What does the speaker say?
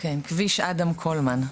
כן, כביש אדם קולמן.